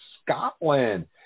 Scotland